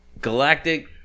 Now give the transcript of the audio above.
galactic